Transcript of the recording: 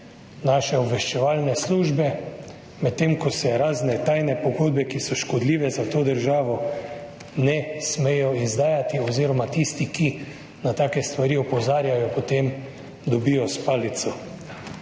naše obveščevalne službe, medtem ko se razne tajne pogodbe, ki so škodljive za to državo, ne smejo izdajati – oziroma jih tisti, ki na take stvari opozarjajo, potem dobijo s palico